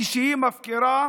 כשהיא מפקירה